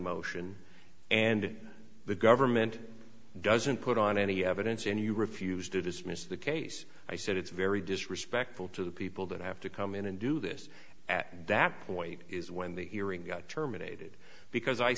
motion and the government doesn't put on any evidence and you refused to dismiss the case i said it's very disrespectful to the people that have to come in and do this at that point is when the hearing got terminated because i